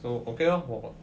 so okay lah 我